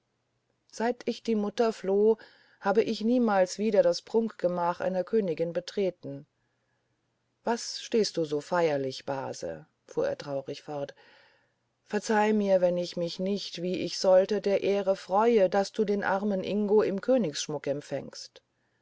seit ich die mutter verlor habe ich niemals wieder das prunkgemach einer königin betreten was stehst du so feierlich base fuhr er traurig fort verzeihe mir wenn ich mich nicht wie ich sollte der ehre freue daß du den armen ingo im königsschmucke empfängst